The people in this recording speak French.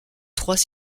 trois